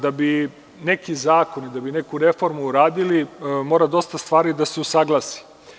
Da bi neki zakon i da bi neku reformu uradili, mora dosta stvari da se usaglasi.